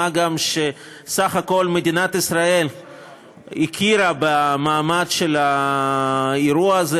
מה גם שסך הכול מדינת ישראל הכירה במעמד של האירוע הזה,